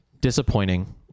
disappointing